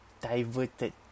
diverted